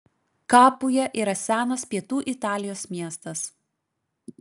kapuja yra senas pietų italijos miestas